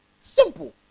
Simple